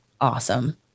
awesome